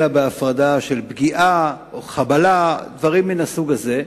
אלא בהפרדה של פגיעה או חבלה ודברים מהסוג הזה,